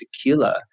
tequila